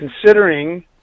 considering